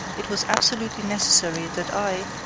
it was absolutely necessary that i,